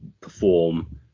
perform